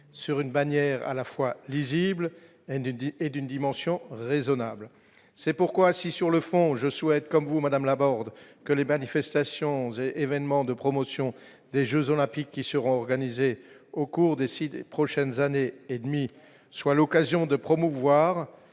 sur une bannière à la fois lisible inédit et d'une dimension raisonnables, c'est pourquoi si sur le fond, je souhaite comme vous Madame Laborde, que les manifestations et événements de promotion des Jeux olympiques qui seront organisés au cours décidé prochaines années et demie soit l'occasion de promouvoir